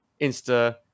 insta